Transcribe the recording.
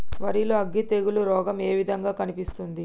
వరి లో అగ్గి తెగులు రోగం ఏ విధంగా కనిపిస్తుంది?